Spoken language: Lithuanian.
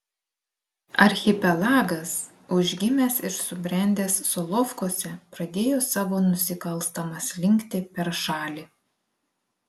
archipelagas užgimęs ir subrendęs solovkuose pradėjo savo nusikalstamą slinktį per šalį